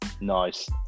Nice